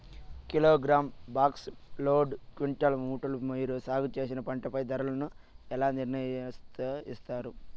Kilogram, box, load, quintal, మూటలు మీరు సాగు చేసిన పంటపై ధరలను ఎలా నిర్ణయిస్తారు యిస్తారు?